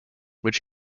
which